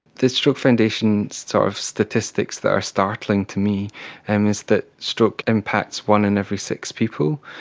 the stroke foundation sort of statistics that are startling to me um is that stroke impacts one in every six people,